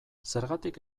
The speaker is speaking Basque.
zergatik